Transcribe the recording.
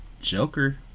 Joker